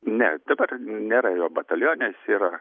ne dabar nėra jo batalione jis yra